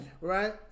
Right